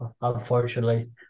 unfortunately